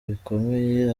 bikomeye